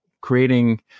creating